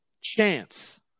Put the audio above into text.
chance